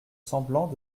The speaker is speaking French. semblant